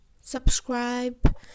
Subscribe